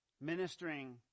Ministering